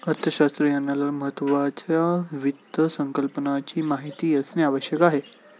अर्थशास्त्रज्ञाला महत्त्वाच्या वित्त संकल्पनाची माहिती असणे आवश्यक आहे